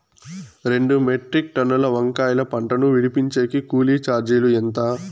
రెండు మెట్రిక్ టన్నుల వంకాయల పంట ను విడిపించేకి కూలీ చార్జీలు ఎంత?